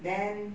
then